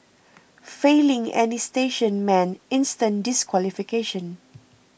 failing any station meant instant disqualification